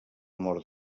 mort